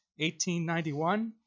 1891